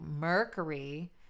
Mercury